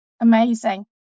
Amazing